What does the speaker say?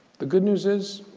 the good news is,